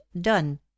done